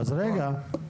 אז רגע,